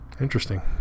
Interesting